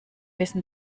wissen